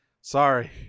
Sorry